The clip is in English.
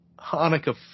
Hanukkah